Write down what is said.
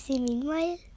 meanwhile